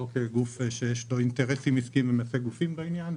לא כגוף שיש לו אינטרסים עסקיים בעניין.